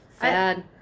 Sad